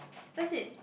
that's it